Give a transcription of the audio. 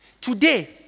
Today